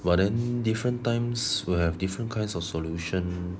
but then different times will have different kinds of solution